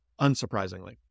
unsurprisingly